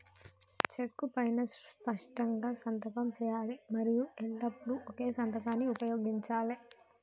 చెక్కు పైనా స్పష్టంగా సంతకం చేయాలి మరియు ఎల్లప్పుడూ ఒకే సంతకాన్ని ఉపయోగించాలే